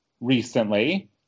recently